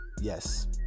yes